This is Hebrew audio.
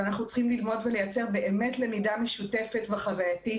ואנחנו צריכים ללמוד ולייצר באמת למידה משותפת וחווייתית.